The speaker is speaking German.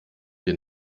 den